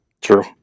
true